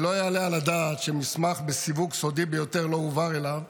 שלא יעלה על הדעת שמסמך בסיווג סודי ביותר לא הועבר אליו,